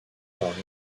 par